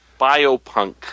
Biopunk